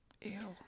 Ew